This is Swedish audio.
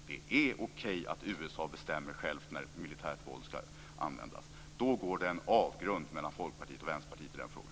Det är okej att USA bestämmer självt när militärt våld skall användas. Då finns det en avgrund mellan Folkpartiet och Vänsterpartiet i den frågan.